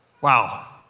Wow